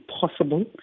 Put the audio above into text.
possible